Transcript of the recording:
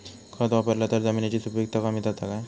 खत वापरला तर जमिनीची सुपीकता कमी जाता काय?